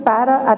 Para